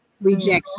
rejection